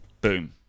Boom